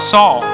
Saul